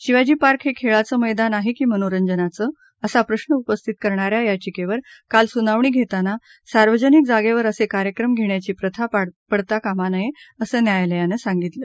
Shivaji park हे खेळाचं मैदान आहे की मंनोरंजनाचं असा प्रश्न उपस्थित करणाऱ्या याचिकेवर काल सुनावणी घेताना सार्वजनिक जागेवर असे कार्यक्रम घेण्याची प्रथा पडता कामा नये असं न्यायालयानं सांगितलं